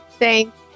Thanks